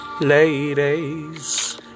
ladies